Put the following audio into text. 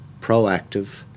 proactive